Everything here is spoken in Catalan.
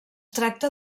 tracta